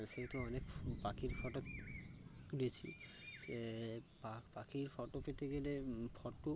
সেহেতু অনেক পাখির ফোটো তুলেছি পাখির ফোটো পেতে গেলে ফোটো